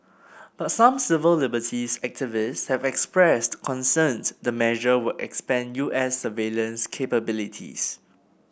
but some civil liberties activists have expressed concern the measure would expand U S surveillance capabilities